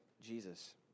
Jesus